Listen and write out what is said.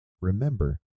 remember